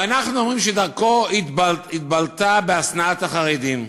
ואנחנו אומרים שדרכו התבלטה בהשנאת החרדים,